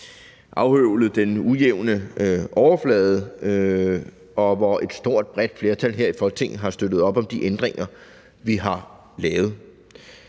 høvlet den ujævne overflade af, og hvor et stort, bredt flertal her i Folketinget har støttet op om de ændringer, vi har lavet.